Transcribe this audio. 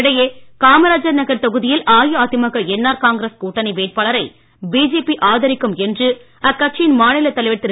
இதற்கிடையே காமராஜர் நகர் தொகுதியில் AIADMK NR Congress கூட்டணி வேட்பாளரை பிஜேபி ஆதரிக்கும் என்று அக்கட்சியின் மாநில தலைவர் திரு